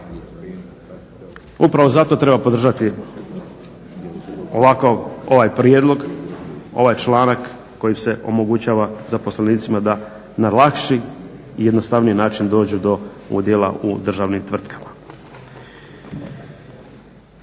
upravo zato treba podržati ovaj prijedlog, ovaj članak kojim se omogućava zaposlenicima da na lakši i jednostavniji način dođu do udjela u državnim tvrtkama.